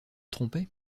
trompait